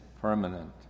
permanent